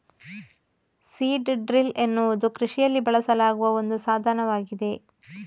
seed drill ಎನ್ನುವುದು ಕೃಷಿಯಲ್ಲಿ ಬಳಸಲಾಗುವ ಒಂದು ಸಾಧನವಾಗಿದೆ